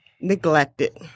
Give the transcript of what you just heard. neglected